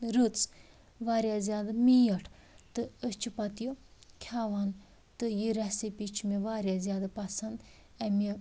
رٕژ واریاہ زیادٕ میٖٹھ تہٕ أسۍ چھِ پَتہٕ یہِ کھٮ۪وان تہٕ یہِ رٮ۪سِپی چھِ مےٚ واریاہ زیادٕ پَسَنٛد اَمہِ